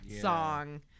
song